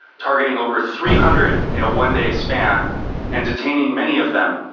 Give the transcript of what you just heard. targeting over three hundred in a one-day span and detaining many of them.